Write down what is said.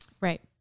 right